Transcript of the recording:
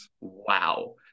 wow